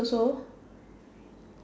so